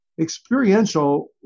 experiential